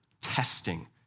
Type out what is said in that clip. testing